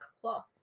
cloth